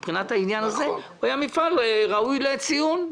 מבחינת העניין הזה הוא היה מפעל ראוי לציון.